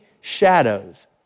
shadows